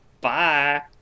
bye